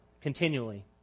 continually